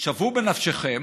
שוו בנפשכם